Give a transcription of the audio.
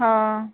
हाँ